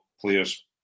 players